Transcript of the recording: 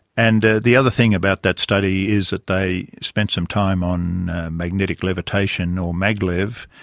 and ah the other thing about that study is that they spent some time on magnetic levitation or maglev,